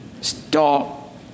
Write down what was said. Stop